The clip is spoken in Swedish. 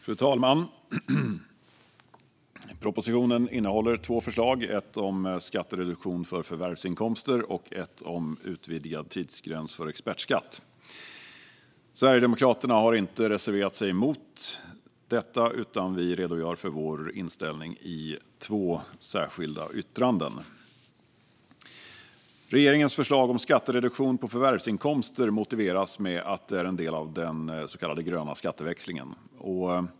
Fru talman! Propositionen innehåller två förslag, ett om skattereduktion för förvärvsinkomster och ett om utvidgad tidsgräns för expertskatt. Sverigedemokraterna har inte reserverat sig mot detta, utan vi redogör för vår inställning i två särskilda yttranden. Regeringens förslag om skattereduktion på förvärvsinkomster motiveras med att det är en del av den så kallade gröna skatteväxlingen.